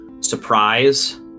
Surprise